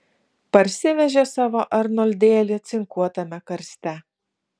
parsivežė savo arnoldėlį cinkuotame karste